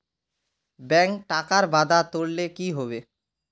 bank टाकार वादा तोरले कि हबे